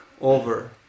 over